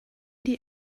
die